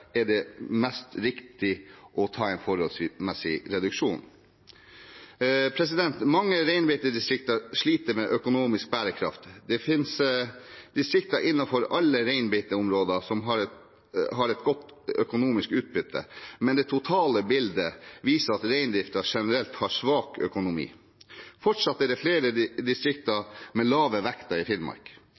er det mest riktig å ta en forholdsmessig reduksjon. Mange reinbeitedistrikter sliter med økonomisk bærekraft. Det finnes distrikter innenfor alle reinbeiteområder som har et godt økonomisk utbytte, men det totale bildet viser at reindriften generelt har svak økonomi. Fortsatt er det flere distrikter med lave vekter i Finnmark,